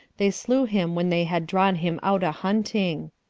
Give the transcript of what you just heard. they slew him when they had drawn him out a hunting.